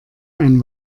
ein